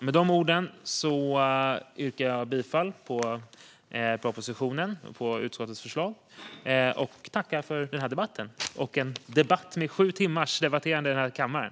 Med de orden yrkar jag bifall till propositionen och utskottets förslag och tackar för debatten efter sju timmars debatterande här i kammaren.